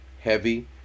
heavy